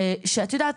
כשאת יודעת,